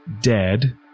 dead